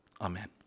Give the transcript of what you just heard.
Amen